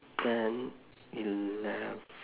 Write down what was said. ten elev~